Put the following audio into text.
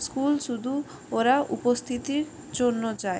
school শুধু ওরা উপস্থিতির জন্য যায়